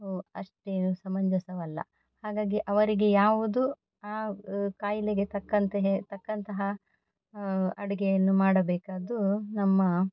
ಅಷ್ಟೇನು ಸಮಂಜಸವಲ್ಲ ಹಾಗಾಗಿ ಅವರಿಗೆ ಯಾವುದು ಆ ಖಾಯಿಲೆಗೆ ತಕ್ಕಂತೆ ಹೆ ತಕ್ಕಂತಹ ಅಡುಗೆಯನ್ನು ಮಾಡಬೇಕಾದ್ದು ನಮ್ಮ